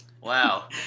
Wow